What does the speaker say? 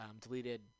deleted